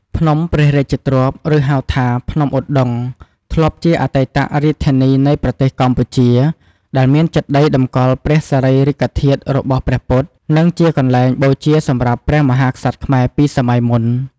ភ្នំព្រះរាជទ្រព្យ ឬហៅថា ភ្នំឧដុង្គធ្លាប់ជាអតីតរាជធានីនៃប្រទេសកម្ពុជា ដែលមានចេតិយតម្កល់ព្រះសារីរិកធាតុរបស់ព្រះពុទ្ធ និងជាកន្លែងបូជាសម្រាប់ព្រះមហាក្សត្រខ្មែរពីសម័យមុន។